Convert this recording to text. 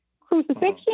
crucifixion